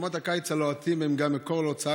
ימות הקיץ הלוהטים הם גם מקור להוצאה